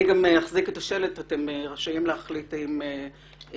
אני אחזיק את השלט ואתם רשאים להחליט אם להחזיק